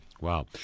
Wow